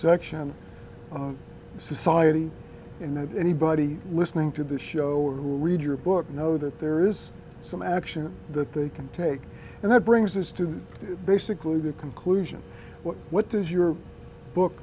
section of society in the anybody listening to the show who read your book know that there is some action that they can take and that brings us to basically do conclusion what does your book